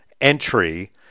entry